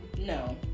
no